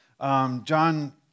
John